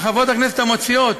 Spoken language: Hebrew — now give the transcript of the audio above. חברות הכנסת המציעות,